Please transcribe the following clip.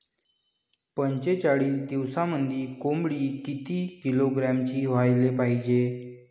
पंचेचाळीस दिवसामंदी कोंबडी किती किलोग्रॅमची व्हायले पाहीजे?